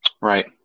Right